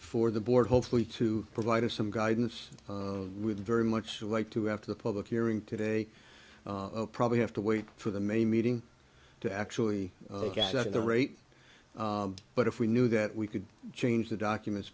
for the board hopefully to provide us some guidance with very much like to have to the public hearing today probably have to wait for the main meeting to actually look at the rate but if we knew that we could change the documents